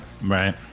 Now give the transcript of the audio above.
Right